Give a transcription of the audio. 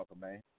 man